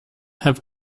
have